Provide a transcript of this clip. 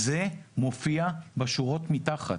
זה מופיע בשורות מתחת.